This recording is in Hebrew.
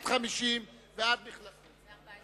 מסעיף 14. רבותי,